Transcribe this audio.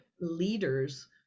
leaders